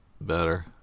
Better